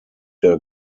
der